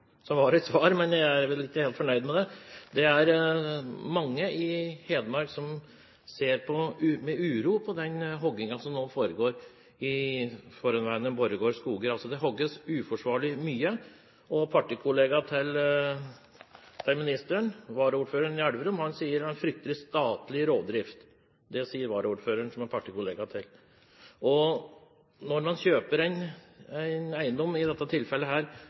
er vel ikke helt fornøyd med det. Det er mange i Hedmark som ser med uro på den huggingen som nå foregår i eiendommene til forhenværende Borregaard Skoger. Det hugges uforsvarlig mye, og varaordføreren i Elverum, partikollegaen til ministeren, sier at han frykter statlig rovdrift. Det sier altså varaordføreren som er partikollega av statsråden. Når man kjøper en eiendom til en høy pris, i dette tilfellet